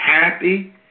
happy